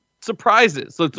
surprises